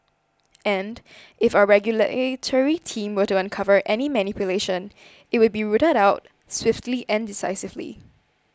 and if our regulatory team were to uncover any manipulation it would be rooted out swiftly and decisively